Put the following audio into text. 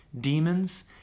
Demons